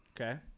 Okay